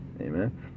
amen